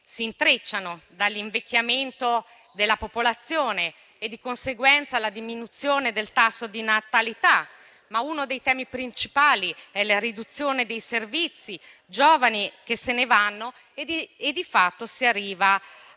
a partire dall'invecchiamento della popolazione e dalla diminuzione del tasso di natalità. Ma uno dei temi principali è la riduzione dei servizi; i giovani se ne vanno e di fatto si arriva alla